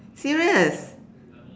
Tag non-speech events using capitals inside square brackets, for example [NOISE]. serious [BREATH]